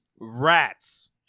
Rats